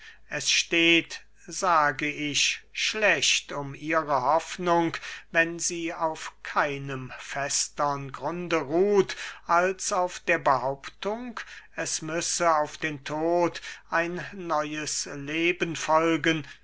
es steht sage ich schlecht um ihre hoffnung wenn sie auf keinem festern grunde ruht als auf der behauptung es müsse auf den tod ein neues leben folgen